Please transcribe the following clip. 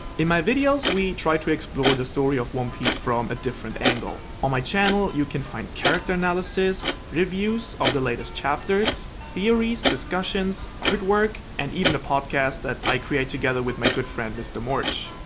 in my videos we try to explore the story of one piece from a different angle. on my channel you can find character analysis, reviews of the latest chapters, theories, discussions, artwork and even a podcast that i create together with my good friend mr morj.